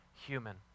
human